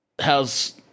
How's